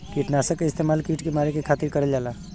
किटनाशक क इस्तेमाल कीट के मारे के खातिर करल जाला